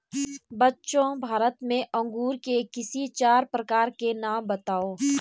बच्चों भारत में अंगूर के किसी चार प्रकार के नाम बताओ?